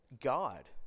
God